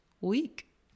week